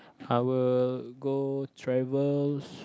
I will go travel